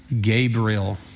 Gabriel